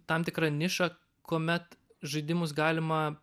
tam tikra niša kuomet žaidimus galima